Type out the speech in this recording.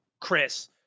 Chris